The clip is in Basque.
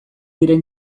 diren